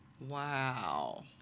wow